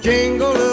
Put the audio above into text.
Jingle